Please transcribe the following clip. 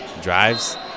drives